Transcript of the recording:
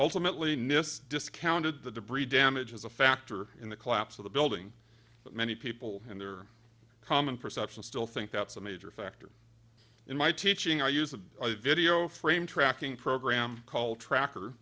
ultimately nist discounted the debris damage as a factor in the collapse of the building but many people and their common perception still think that's a major factor in my teaching i use a video frame tracking program called tracker